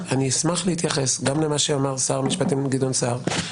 אשמח להתייחס בזמן הדיבור שלי גם למה שאמר שר המשפטים לשעבר גדעון סער